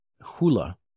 hula